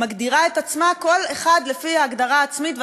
מגדירה את עצמה כל אחת לפי ההגדרה העצמית,